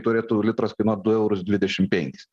turėtų litras kainuot du eurus dvidešim penkis